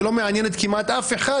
שלא מעניינת כמעט אף אחד,